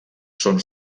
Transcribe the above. són